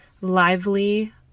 lively